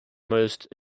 most